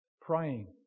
praying